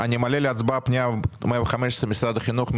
אני מעלה להצבעה את פנייה מספר 115, משרד החינוך.